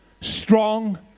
strong